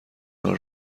نوع